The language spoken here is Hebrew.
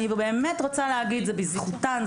אני באמת רוצה להגיד זה בזכותן.